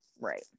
right